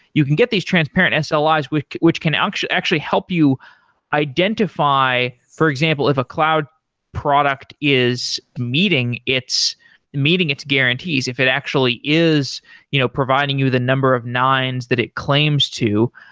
you can get these transparent slis, ah like which which can actually actually help you identify, for example if a cloud product is meeting its meeting its guarantees, if it actually is you know providing you the number of nines that it claims to.